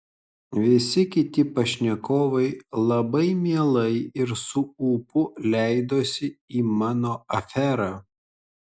visi kiti pašnekovai labai mielai ir su ūpu leidosi į mano aferą